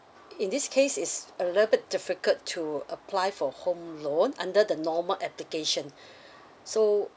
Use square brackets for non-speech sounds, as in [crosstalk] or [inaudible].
in this case is a little bit difficult to apply for home loan under the normal application [breath] so